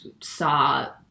saw